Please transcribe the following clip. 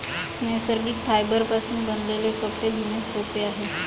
नैसर्गिक फायबरपासून बनविलेले कपडे धुणे सोपे आहे